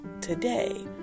today